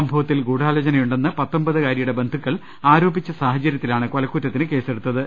സംഭവത്തിൽ ഗൂഡാലോചനയുണ്ടെന്ന് പത്തൊമ്പതുകാരിയുടെ ബന്ധുക്കൾ ആരോ പിച്ച സാഹചര്യത്തിലാണ് കൊലക്കുറ്റത്തിന് കേസെടുത്തത്